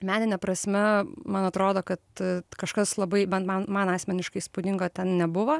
menine prasme man atrodo kad kažkas labai bent man man asmeniškai įspūdingo ten nebuvo